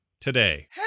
today